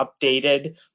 updated